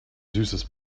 süßes